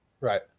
Right